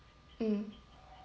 mm